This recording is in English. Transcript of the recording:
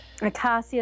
Acacia